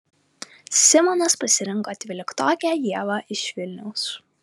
simonas pasirinko dvyliktokę ievą iš vilniaus